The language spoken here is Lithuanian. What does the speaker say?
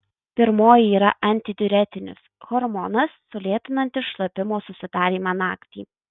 pirmoji yra antidiuretinis hormonas sulėtinantis šlapimo susidarymą naktį